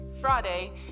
Friday